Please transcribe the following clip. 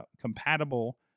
compatible